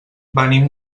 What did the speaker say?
venim